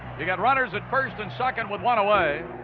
we got runners at first and second with one away.